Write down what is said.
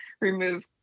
remove